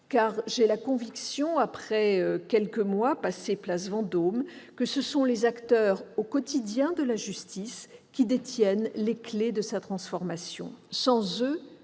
car j'ai la conviction, après quelques mois passés place Vendôme, que ce sont les acteurs au quotidien de la justice qui détiennent les clés de sa transformation. Sans eux,